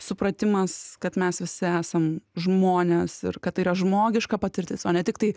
supratimas kad mes visi esam žmonės ir kad tai yra žmogiška patirtis o ne tiktai